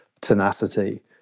tenacity